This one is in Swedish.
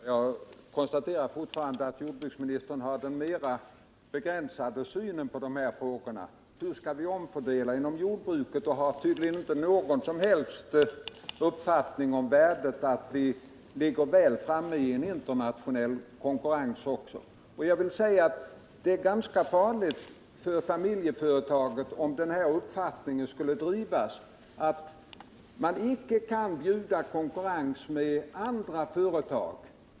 Herr talman! Jag konstaterar fortfarande att jordbruksministern har den mer begränsade synen på dessa frågor och diskuterar hur vi skall omfördela inom jordbruket. Han har tydligen inte någon som helst tro på värdet av att vi ligger framme i den internationella konkurrensen. Det är ganska farligt för familjeföretagen om den uppfattningen skulle få spridning att man inte kan konkurrera med andra företag.